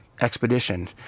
expedition